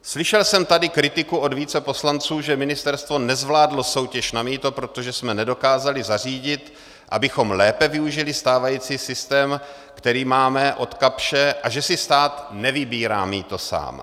Slyšel jsem tady kritiku od více poslanců, že ministerstvo nezvládlo soutěž na mýto, protože jsme nedokázali zařídit, abychom lépe využili stávající systém, který máme od Kapsche, a že si stát nevybírá mýto sám.